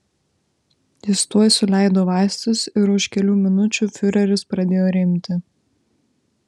jis tuoj suleido vaistus ir už kelių minučių fiureris pradėjo rimti